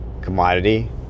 commodity